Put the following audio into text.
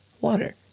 water